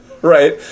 Right